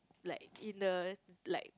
like in the like